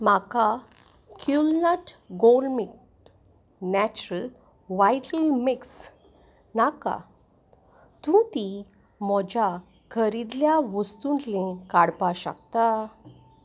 म्हाका Coolnut gourmet natural vital mix नाका तूं ती म्हज्या खरेदिल्ल्या वस्तूंंतलें काडपाक शकता